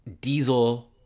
diesel